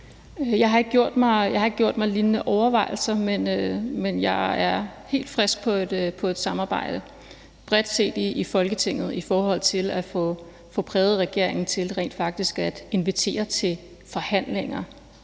Jeg har ikke gjort mig lignende overvejelser, men jeg er helt frisk på et samarbejde bredt set i Folketinget i forhold til at få præget regeringen til rent faktisk at invitere til forhandlinger